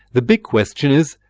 the big question is,